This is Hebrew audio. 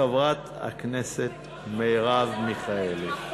חברת הכנסת מרב מיכאלי.